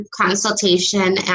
consultation